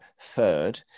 third